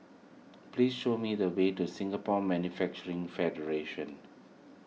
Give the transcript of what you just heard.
please show me the way to Singapore Manufacturing Federation